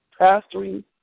Pastoring